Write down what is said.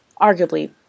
arguably